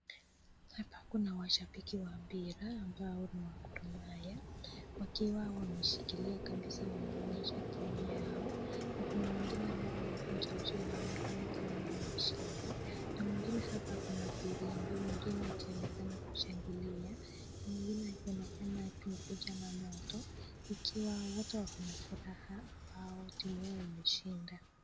Hapa kuna washabiki wa mpira ambayo ni wa gormahia, wakiwa wameshikilia kabisa wanaonyesha timu yao, na kuna wengine ambao wamekunja uso inaonekana timu yao imeshindwa, na mwingine hapa kuna firimbu, mwingine akionekana kushangilia, na mwingine akionekana akikuja na moto, ikiwa wote wako na furaha ambao timu yao imeshinda.